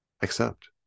accept